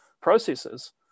processes